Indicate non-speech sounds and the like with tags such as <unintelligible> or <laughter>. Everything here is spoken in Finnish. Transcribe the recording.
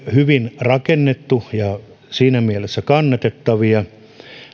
<unintelligible> hyvin rakennettuja ja siinä mielessä kannatettavia